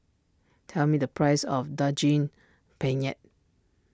tell me the price of Daging Penyet